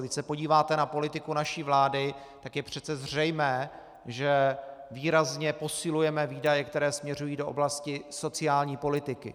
Když se podíváte na politiku naší vlády, tak je přece zřejmé, že výrazně posilujeme výdaje, které směřují do oblasti sociální politiky.